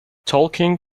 talking